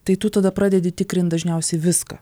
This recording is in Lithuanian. tai tu tada pradedi tikrint dažniausiai viską